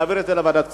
ולכן, לוועדת הכספים.